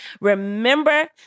Remember